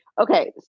Okay